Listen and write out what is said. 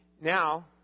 now